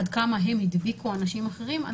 עד כמה הם הדביקו אנשים אחרים,